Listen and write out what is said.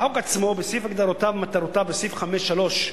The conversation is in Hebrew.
בחוק עצמו, בסעיף הגדרותיו, מטרותיו, בסעיף 5(3),